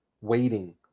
waiting